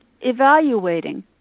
evaluating